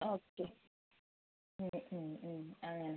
okay മ് മ് മ് അങ്ങനെ